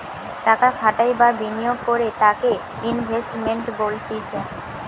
টাকা খাটাই বা বিনিয়োগ করে তাকে ইনভেস্টমেন্ট বলতিছে